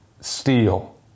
steel